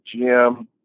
GM